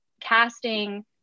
casting